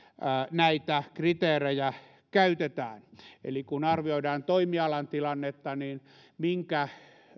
näitä kriteerejä käytetään eli kun arvioidaan toimialan tilannetta niin minkä